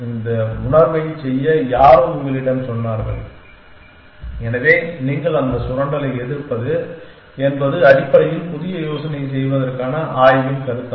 இந்த உணர்வைச் செய்ய யாரோ உங்களிடம் சொன்னார்கள் எனவே நீங்கள் அந்தச் சுரண்டலை எதிர்ப்பது என்பது அடிப்படையில் புதிய யோசனையை ஆராய்வதற்கான ஆய்வின் கருத்தாகும்